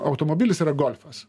automobilis yra golfas